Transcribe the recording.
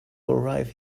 arrive